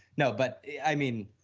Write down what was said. no, but, i mean,